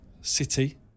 City